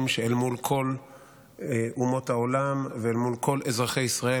שאל מול כל אומות העולם ואל מול כל אזרחי ישראל,